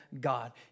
God